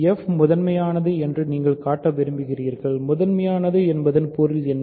f முதன்மையானது என்று நீங்கள் காட்ட விரும்புகிறீர்கள் முதன்மையானது என்பதன் பொருள் என்ன